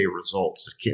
results